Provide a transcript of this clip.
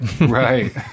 right